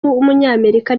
w’umunyamerika